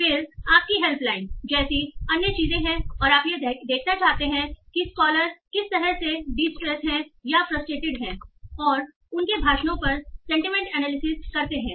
फिर आपकी helpline जैसी अन्य चीजें हैं और आप यह देखना चाहते हैं कि सकौलर किसी तरह से डिस्ट्रेस हैं या फ्रस्ट्रेटेड हैं और उनके भाषणों पर सेंटीमेंट एनालिसिस करते हैं